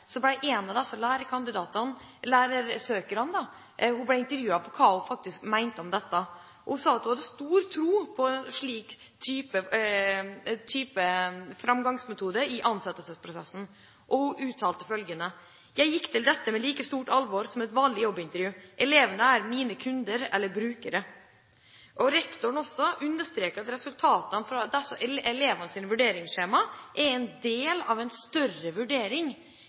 lærerkandidatene – søkerne – intervjuet om hva hun mente om dette. Hun sa at hun hadde stor tro på en slik framgangsmetode i ansettelsesprosessen. Hun uttalte: «Jeg gikk til dette med like stort alvor som et vanlig jobbintervju. Elevene er jo mine kunder eller brukere.» Rektoren understreket også at resultatene fra elevenes vurderingsskjema er en del av en større vurdering